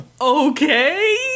Okay